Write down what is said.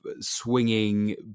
swinging